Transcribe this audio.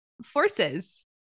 forces